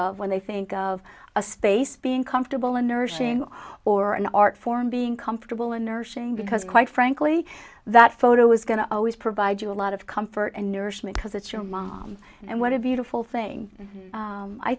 of when they think of a space being comfortable in nursing or an art form being comfortable in nursing because quite frankly that photo is going to always provide you a lot of comfort and nourishment because it's your mom and what a beautiful thing